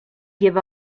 give